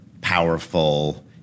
powerful